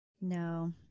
No